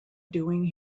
doing